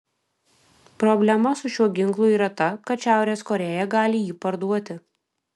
problema su šiuo ginklu yra ta kad šiaurės korėja gali jį parduoti